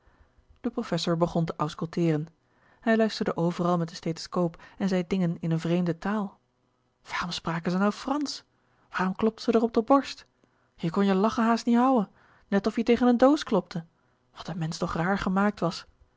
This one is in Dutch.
de professor begon te ausculteeren hij luisterde overal met de stethoscoop en zei dingen in n vreemde taal waarom spraken ze nou frans waarom klopte ze d'r op d'r borst je kon je lache haast niet houen net of-ie tegen n doos klopte wat n mensch toch raar gemaakt was